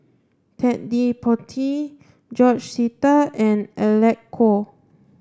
Ted De Ponti George Sita and Alec Kuok